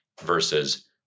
versus